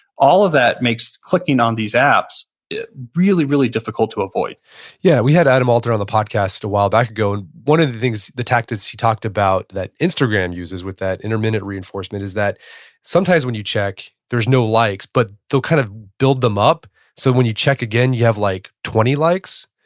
all of that makes clicking on these apps really, really difficult to avoid yeah, we had adam alter on the podcast a while back ago and one of the things, the tactics he talked about that instagram uses with that intermittent reinforcement is that sometimes when you check, there's no likes. but, they'll kind of build them up so when you check again, you have like twenty likes.